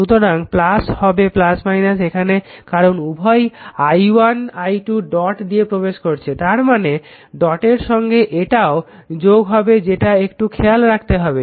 সুতরাং হবে এখানে কারণ উভয় i1 i 2 ডট দিয়ে প্রবেশ করছে তারমানে ডটের সঙ্গে এটাও যোগ হবে যেটা একটু খেয়াল রাখাতে হবে